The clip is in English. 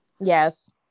yes